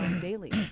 daily